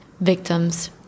victims